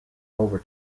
over